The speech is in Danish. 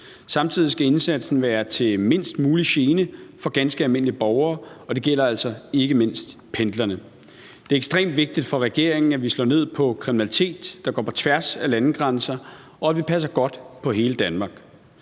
Samtidig skal indsatsen være til mindst mulig gene for ganske almindelige borgere, og det gælder altså ikke mindst pendlerne. Det er ekstremt vigtigt for regeringen, at vi slår ned på kriminalitet, der går på tværs af landegrænser, og at vi passer godt på hele Danmark.